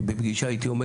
בפגישה איתי,